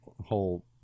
whole